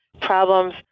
problems